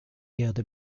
erde